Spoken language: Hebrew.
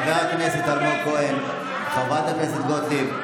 חבר הכנסת אלמוג כהן, חברת הכנסת גוטליב.